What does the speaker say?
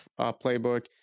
playbook